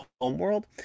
homeworld